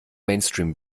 mainstream